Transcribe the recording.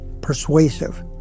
persuasive